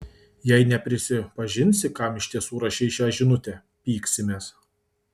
jei neprisipažinsi kam iš tiesų rašei šią žinutę pyksimės